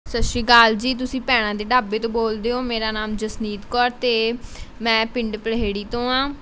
ਸਤਿ ਸ਼੍ਰੀ ਅਕਾਲ ਜੀ ਤੁਸੀਂ ਭੈਣਾਂ ਦੇ ਢਾਬੇ ਤੋਂ ਬੋਲਦੇ ਹੋ ਮੇਰਾ ਨਾਮ ਜਸਨੀਤ ਕੌਰ ਅਤੇ ਮੈਂ ਪਿੰਡ ਪਲਹੇੜੀ ਤੋਂ ਹਾਂ